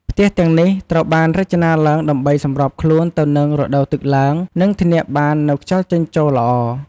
ផ្ទះទាំងនេះត្រូវបានរចនាឡើងដើម្បីសម្របខ្លួនទៅនឹងរដូវទឹកឡើង និងធានាបាននូវខ្យល់ចេញចូលល្អ។